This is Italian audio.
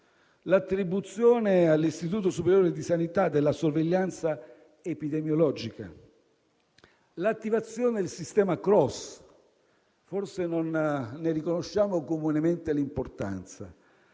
l'attribuzione all'Istituto superiore di sanità della sorveglianza epidemiologica. Menziono inoltre l'attivazione del sistema CROSS, di cui forse non riconosciamo comunemente l'importanza.